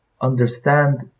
understand